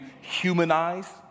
humanize